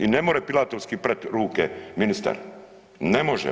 I ne more Pilatorski prat ruke ministar, ne može.